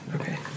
Okay